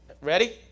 Ready